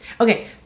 Okay